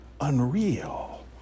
Unreal